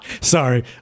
Sorry